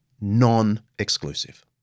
non-exclusive